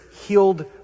healed